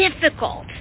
difficult